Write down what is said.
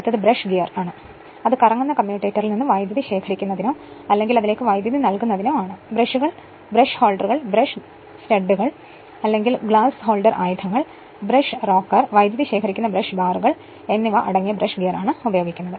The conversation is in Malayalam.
അടുത്തത് ബ്രഷ് ഗിയർ ആണ് അത് കറങ്ങുന്ന കമ്മ്യൂട്ടേറ്ററിൽ നിന്ന് വൈദ്യുതി ശേഖരിക്കുന്നതിനോ അല്ലെങ്കിൽ അതിലേക്ക് വൈദ്യുതി നൽകുന്നതിനോ ആണ് ബ്രഷുകൾ ബ്രഷ് ഹോൾഡറുകൾ ബ്രഷ് സ്റ്റഡുകൾ അല്ലെങ്കിൽ ഗ്ലാസ് ഹോൾഡർ ആയുധങ്ങൾ ബ്രഷ് റോക്കർ വൈദ്യുതി ശേഖരിക്കുന്ന ബ്രഷ് ബാറുകൾ എന്നിവ അടങ്ങിയ ബ്രഷ് ഗിയറാണ് ഉപയോഗിക്കുന്നത്